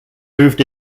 moved